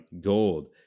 Gold